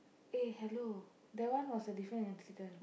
eh hello that one was a different incident